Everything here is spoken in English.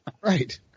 Right